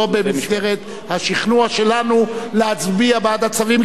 לא במסגרת השכנוע שלנו להצביע בעד הצווים,